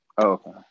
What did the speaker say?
okay